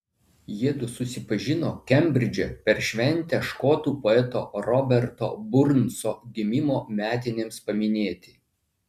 jiedu susipažino kembridže per šventę škotų poeto roberto burnso gimimo metinėms paminėti